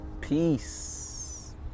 Peace